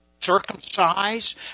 circumcised